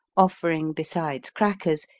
offering, besides crackers,